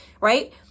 Right